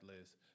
list